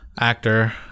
actor